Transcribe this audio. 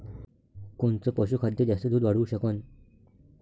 कोनचं पशुखाद्य जास्त दुध वाढवू शकन?